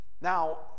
Now